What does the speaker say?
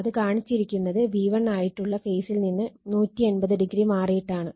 അത് കാണിച്ചിരിക്കുന്നത് V1 ആയിട്ടുള്ള ഫേസിൽ നിന്ന് 180o മാറിയിട്ടാണ്